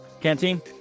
Canteen